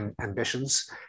ambitions